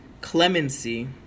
clemency